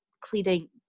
cleaning